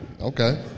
Okay